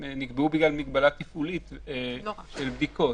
אני מבין שהמגבלות נקבעו בגלל מגבלה תפעולית של בדיקות.